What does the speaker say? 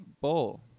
bowl